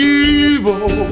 evil